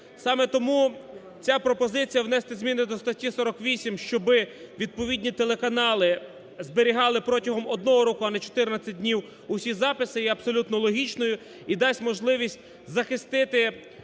Саме тому ця пропозиція внести зміни до статті 48, щоби відповідні телеканали зберігали протягом одного року, а не 14 днів усі записи, є абсолютно логічною і дасть можливість захистити